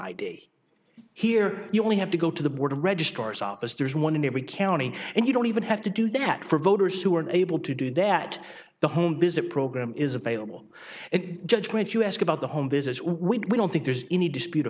id here you only have to go to the border registrar's office there's one in every county and you don't even have to do that for voters who are able to do that the home visit program is available and judgment you ask about the home visit we don't think there's any dispute